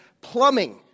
plumbing